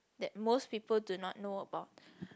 that most people do not know about